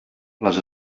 les